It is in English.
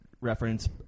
reference